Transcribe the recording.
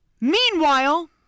Meanwhile